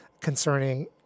concerning